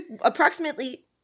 Approximately